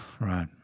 Right